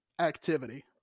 activity